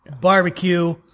barbecue